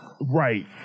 Right